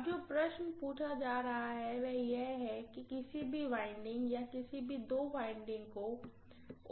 अब जो प्रश्न पूछा जा रहा है वह यह है कि किसी भी वाइंडिंग या किसी भी दो वाइंडिंग को